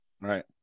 Right